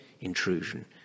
intrusion